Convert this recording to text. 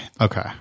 Okay